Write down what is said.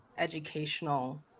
educational